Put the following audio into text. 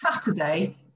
saturday